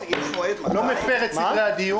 הישיבה ננעלה בשעה 12:40.